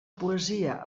poesia